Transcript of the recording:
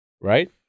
Right